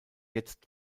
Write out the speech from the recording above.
jetzt